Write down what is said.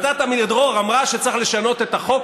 ועדת עמידרור אמרה שצריך לשנות את החוק,